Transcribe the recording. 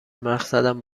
مقصدم